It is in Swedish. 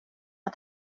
att